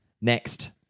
Next